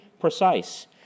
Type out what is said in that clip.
precise